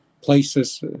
places